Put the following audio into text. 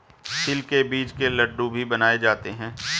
तिल के बीज के लड्डू भी बनाए जाते हैं